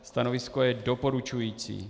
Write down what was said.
Stanovisko je doporučující.